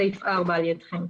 בסעיף 4 על ידכם.